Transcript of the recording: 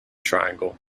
triangle